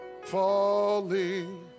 falling